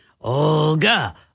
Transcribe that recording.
Olga